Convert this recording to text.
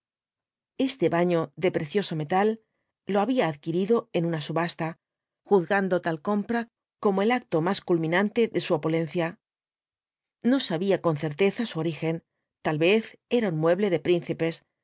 este baño de precioso metal lo había adquirido en una subasta juzgando tal compra como el acto más culminante de su opulencia no sabía con certeza su origen tal vez era un mueble de príncipes